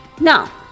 now